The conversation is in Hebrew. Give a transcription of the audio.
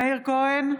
מאיר כהן,